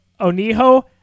Oniho